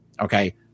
Okay